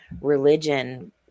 religion